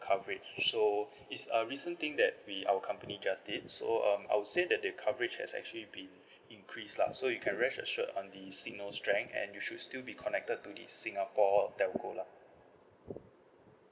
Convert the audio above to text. coverage so it's a recent thing that we our company just did so um I would say that the coverage has actually been increase lah so you can rest assured on the signal strength and you should still be connected to the singapore telco lah